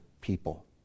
people